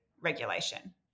regulation